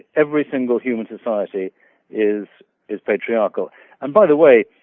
every single human society is is patriarchal and by the way,